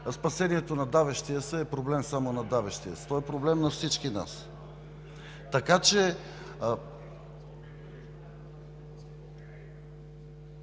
спасението на давещия се е проблем само на давещия се, е проблем на всички нас. (Реплика